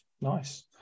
nice